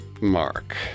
Mark